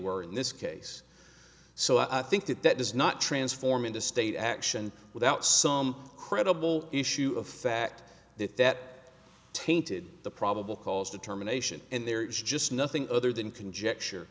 were in this case so i think that that does not transform into state action without some credible issue of fact that that tainted the probable cause determination and there's just nothing other than conjecture